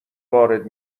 وارد